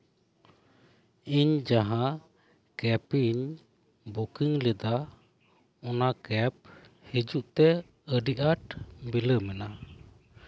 ᱤᱧ ᱡᱟᱦᱟᱸ ᱠᱮᱵᱤᱧ ᱵᱩᱠᱤᱧ ᱞᱮᱫᱟ ᱚᱱᱟ ᱠᱮᱵ ᱦᱤᱡᱩᱜ ᱛᱮ ᱟᱹᱰᱤ ᱟᱸᱴ ᱵᱤᱞᱚᱢᱮᱱᱟ